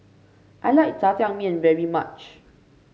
I like jajangmyeon very much